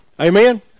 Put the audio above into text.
Amen